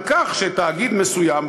על כך שתאגיד מסוים,